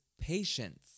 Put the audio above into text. patience